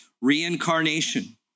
reincarnation